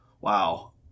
wow